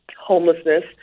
homelessness